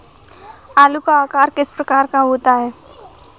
आलू का आकार किस प्रकार का होता है?